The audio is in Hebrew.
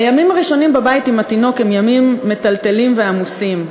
הימים הראשונים בבית עם התינוק הם ימים מטלטלים ועמוסים.